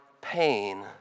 pain